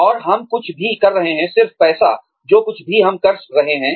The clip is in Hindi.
और हम कुछ भी कर रहे हैं सिर्फ पैसा जो कुछ भी हम कर रहे हैं